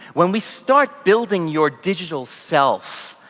when we start building your digital self,